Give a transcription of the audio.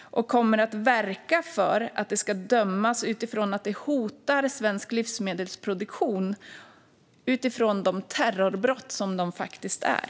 och kommer att verka för att det ska dömas utifrån att detta hotar svensk livsmedelsproduktion och utifrån de terrorbrott som de faktiskt är.